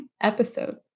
episode